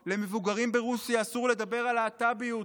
היום למבוגרים ברוסיה אסור לדבר על להט"ביות,